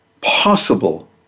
possible